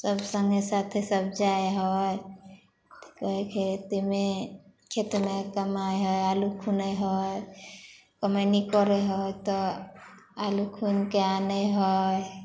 सभ सङ्गे साथे सभ जाइ हइ कोइ खेतमे खेतमे कमाइ हइ आलू खुनै हइ कमैनी करै हइ तऽ आलू खुनिके आनै हइ